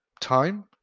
time